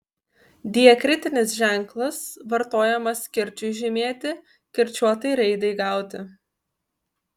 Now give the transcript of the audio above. diakritinis ženklas vartojamas kirčiui žymėti kirčiuotai raidei gauti